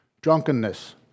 drunkenness